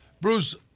Bruce